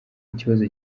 ikibazo